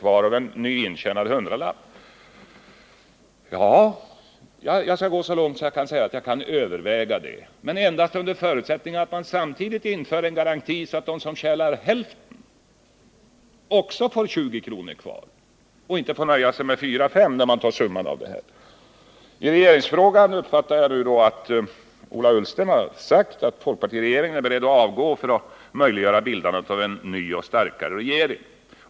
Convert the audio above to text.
kvar av en nyintjänad hundralapp — dock endast under förutsättning att man samtidigt inför en garanti så att de som tjänar hälften också får 15—20 kr. kvar och inte får nöja sig med 4-5 kr. I regeringsfrågan har jag uppfattat att Ola Ullsten har förklarat att folkpartiregeringen är beredd att avgå för att möjliggöra bildandet av en ny och starkare regering.